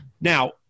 Now